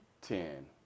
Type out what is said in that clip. ten